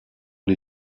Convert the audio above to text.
les